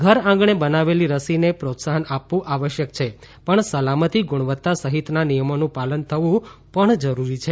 ઘરઆંગણે બનાવેલી રસીને પ્રોત્સાહન આપવું આવશ્યક છે પણ સલામતી ગુણવત્તા સહિતના નિયમોનું પાલન થતું પણ જરૂરી છે